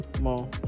more